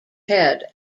head